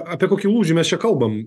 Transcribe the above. apie kokį lūžį mes čia kalbam